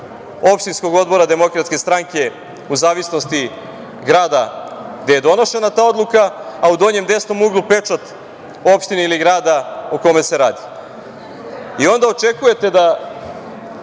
opštinskog odbora DS u zavisnosti grada gde je donošena ta odluka, a u donjem desnom uglu pečat opštine ili grada o kome se radi. Onda očekujete da